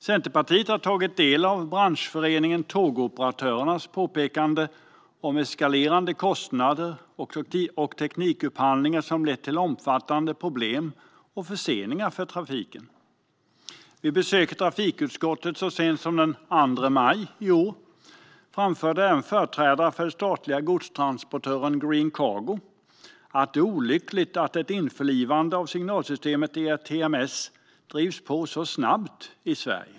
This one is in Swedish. Centerpartiet har tagit del av Branschföreningen Tågoperatörernas påpekande om eskalerande kostnader och teknikuppdateringar som har lett till omfattande problem och förseningar för trafiken. Vid ett besök i trafikutskottet så sent som den 2 maj i år framförde även företrädare för den statliga godstransportören Green Cargo att det är olyckligt att ett införlivande av signalsystemet ERTMS drivs på så snabbt i Sverige.